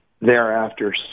thereafter